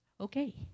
Okay